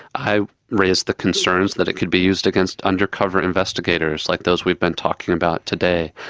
i raised the concerns that it could be used against undercover investigators, like those we've been talking about today.